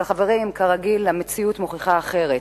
אבל, חברים, כרגיל המציאות מוכיחה אחרת,